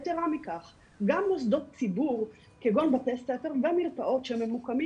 גם מוסדות ציבור כגון בתי ספר ומרפאות שממוקמים